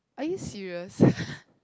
are you serious